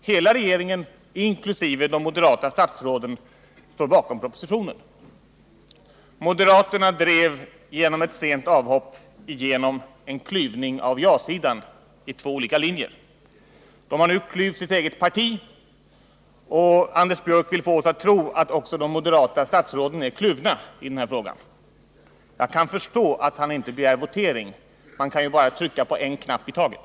Hela regeringen, inkl. de moderata statsråden, står bakom propositionen. Moderaterna drev genom ett sent avhopp igenom en klyvning av ja-sidan i två olika linjer. De har nu klyvt sitt eget parti, och Anders Björck vill få oss att tro att också de moderata statsrådena är kluvna i den här frågan. Jag kan förstå att han inte begär votering. Man kan ju bara trycka på en knapp i taget!